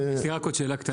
רק שאלה קטנה,